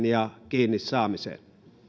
ja kiinni saamiseksi